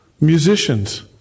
Musicians